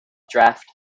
draft